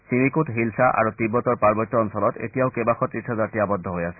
চিমিকোট হিলচা আৰু তিববৰ পাৰ্বত্য অঞ্চলত এতিয়াও কেইবাশ তীৰ্থযাত্ৰী আবদ্ধ হৈ আছে